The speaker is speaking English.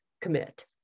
commit